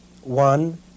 one